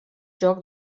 joc